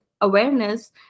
awareness